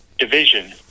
division